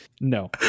no